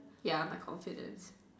ya my confidence